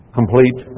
complete